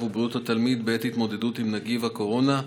ובריאות התלמיד בעת התמודדות עם נגיף הקורונה,